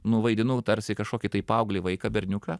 nu vaidinu tarsi kažkokį tai paauglį vaiką berniuką